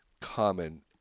common